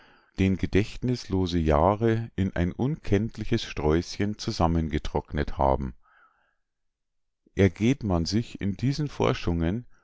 den gedächtnißlose jahre in ein unkenntliches sträußchen zusammengetrocknet haben ergeht man sich in diesen forschungen